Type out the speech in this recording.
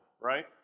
right